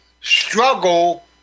struggle